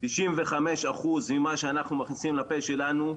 95 אחוז ממה שאנחנו מכניסים לפה שלנו,